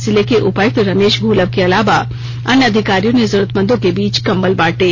जिले के उपायुक्त रमेश घोलप के अलावा अन्य अधिकारियों ने जरूरतमंदों के बीच कंबल बांटे